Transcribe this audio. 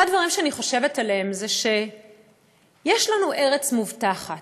אחד הדברים שאני חושבת עליהם זה שיש לנו ארץ מובטחת,